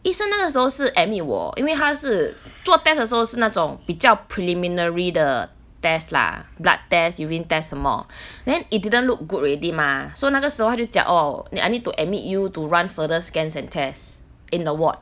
医生那个时候是 admit 我因为他是做 test 的时候是那种比较 preliminary 的 test lah blood test urine test 什么 then it didn't look good already mah so 那个时候他就讲 oh 你 I nee~ I need to admit you to run further scans and tests in the ward